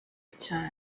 cyane